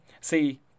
see